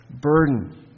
burden